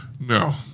No